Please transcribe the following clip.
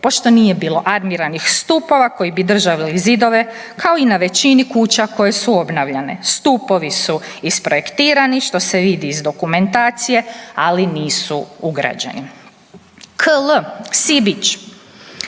Pošto nije bilo armiranih stupova koji bi držali zidove kao i na većine kuća koje su obnavljane stupovi su isprojektirani što se vidi iz dokumentacije, ali nisu ugrađeni.“ KL, Sibić.